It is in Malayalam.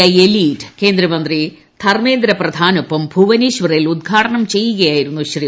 ഐ എലീറ്റ് കേന്ദ്രമന്ത്രി ധർമ്മേന്ദ്രപ്രധാനൊപ്പം ഭുവനേശ്വറിൽ ഉത്ഘാടനം ചെയ്യുകയായിരുന്നു ശ്രീ